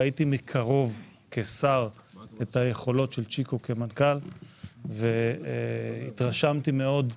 ראיתי מקרוב כשר את היכולות של צ'יקו כמנכ"ל והתרשמתי מאוד.